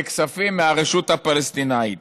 ככספים מהרשות הפלסטינית.